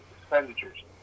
expenditures